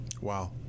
Wow